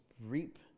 reap